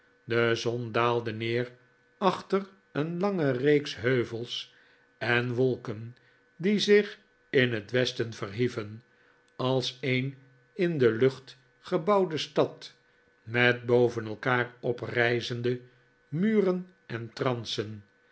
de zon daalde neer achter een lange reeks heuvels en wolken die zich in het westen verhieven als een in de lucht gebouwde stad met boven elkaar oprijzende muren en